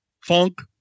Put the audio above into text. funk